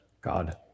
God